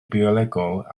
biolegol